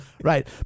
right